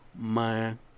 man